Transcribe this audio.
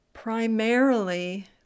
Primarily